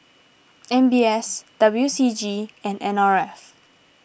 M B S W C G and N R F